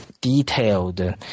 detailed